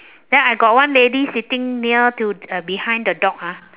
then I got one lady sitting near to uh behind the dog ah